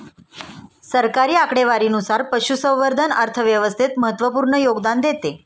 सरकारी आकडेवारीनुसार, पशुसंवर्धन अर्थव्यवस्थेत महत्त्वपूर्ण योगदान देते